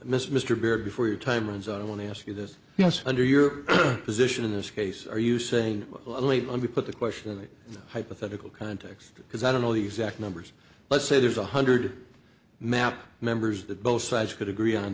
this mr baird before your time runs out i want to ask you this yes under your position in this case are you saying late let me put the question a hypothetical context because i don't know the exact numbers let's say there's one hundred map members that both sides could agree on